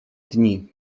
dni